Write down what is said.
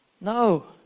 No